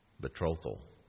Betrothal